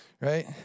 right